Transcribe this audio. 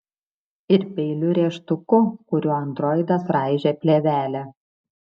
ir peiliu rėžtuku kuriuo androidas raižė plėvelę